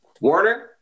Warner